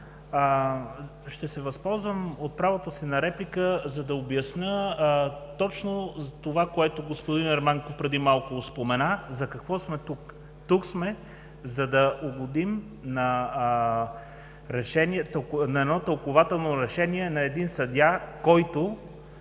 ще се възползвам от правото си на реплика, за да обясня точно това, което господин Ерменков преди малко спомена – за какво сме тук? Тук сме, за да угодим на едно тълкувателно решение на един съдия, който